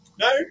No